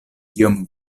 kiom